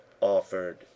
offered